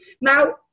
Now